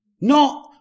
No